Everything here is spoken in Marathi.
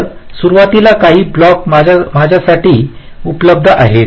तर सुरुवातीला काही ब्लॉक माझ्यासाठी उपलब्ध आहेत